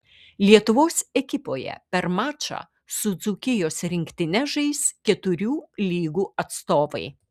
lietuvos ekipoje per mačą su dzūkijos rinktine žais keturių lygų atstovai